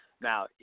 now